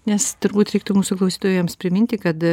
nes turbūt reiktų mūsų klausytojams priminti kad